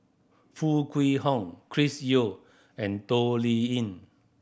Foo Kwee Horng Chris Yeo and Toh Liying